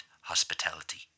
hospitality